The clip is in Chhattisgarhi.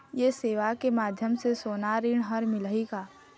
ये सेवा के माध्यम से सोना ऋण हर मिलही का?